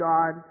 God